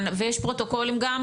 ויש פרוטוקולים גם,